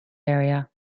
area